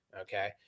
okay